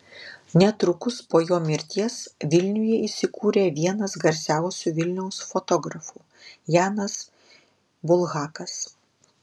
netrukus po jo mirties vilniuje įsikūrė vienas garsiausių vilniaus fotografų janas bulhakas